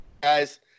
guys